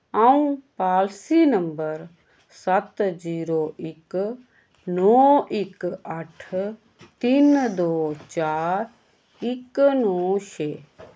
अ'ऊं policy number सत्त zero इक नौ इक अट्ठ तिन्न दो चार इक नौ छे